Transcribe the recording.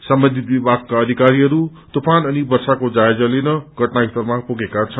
सम्बन्धित विमागका अधिकारीहरू तूप्रन अनि वर्षाको जायजा लिन घटनास्थलमा पुगेका छन्